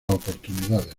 oportunidades